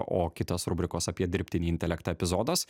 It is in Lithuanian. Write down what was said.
o kitas rubrikos apie dirbtinį intelektą epizodas